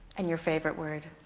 and your favorite word?